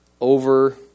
over